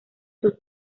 sus